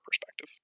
perspective